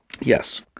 Yes